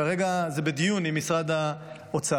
וכרגע זה בדיון עם משרד האוצר,